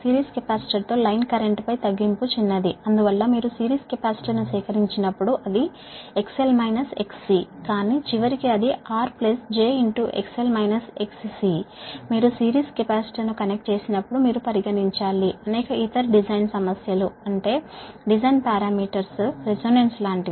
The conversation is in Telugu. సిరీస్ కెపాసిటర్తో లైన్ కరెంట్పై తగ్గింపు చిన్నది అందువల్ల మీరు సిరీస్ కెపాసిటర్ను సేకరించినప్పుడు అది XL - XC కానీ చివరికి అది R j XL - XC మీరు సిరీస్ కెపాసిటర్ను కనెక్ట్ చేసినప్పుడు మీరు పరిగణించాలి అనేక ఇతర డిజైన్ సమస్యలు అంటే డిజైన్ పారామితులు రెసోనాన్సు లాంటివి